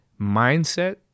mindset